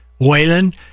Waylon